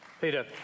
Peter